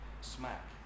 smack